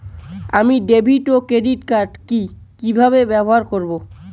আমি ডেভিড ও ক্রেডিট কার্ড কি কিভাবে ব্যবহার করব?